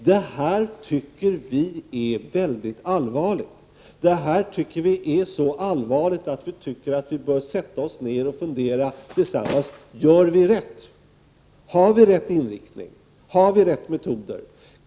Detta tycker vi är allvarligt. Det är så allvarligt att vi bör sätta oss ner tillsammans och fundera: Gör vi rätt? Har vi rätt inriktning? Har vi riktiga metoder?